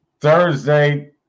Thursday